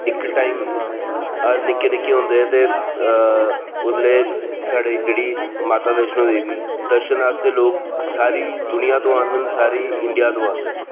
इक टाइम अस निक्के निक्के होंदे है ओले जेह्ड़ी माता बैशणो देबी दर्शन आस्तै लोक सारी दुनियां तू आंदे ना सारी इंडिया तू आंदे ना